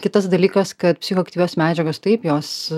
kitas dalykas kad psichoaktyvios medžiagos taip jos